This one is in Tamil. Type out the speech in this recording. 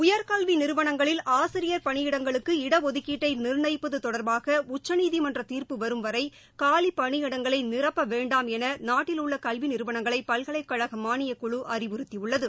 உயர்கல்வி நிறுவனங்களில் ஆசிரியர் பணியிடங்களுக்கு இடஒதுக்கீட்டை நிர்ணயிப்பது தொடர்பாக உச்சநீதிமன்ற தீர்ப்பு வரும் வரை காலிப்பனியிடங்களை நிரப்ப வேண்டாம் என நாட்டிலுள்ள கல்வி நிறுவனங்களை பல்கலைக்கழக மானியக் குழு அறிவுறுத்தியுள்ளது